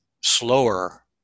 slower